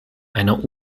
einer